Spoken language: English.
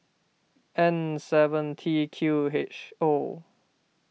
N seven T Q H O